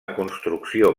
construcció